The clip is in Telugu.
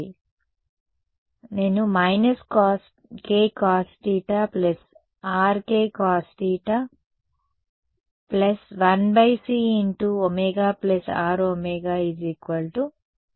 కాబట్టి నేను − k cos θ Rk cos θ 1c ωR ω0 పొందబోతున్నానుసరే